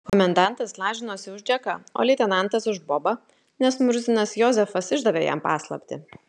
komendantas lažinosi už džeką o leitenantas už bobą nes murzinas jozefas išdavė jam paslaptį